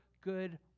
good